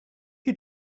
are